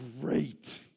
great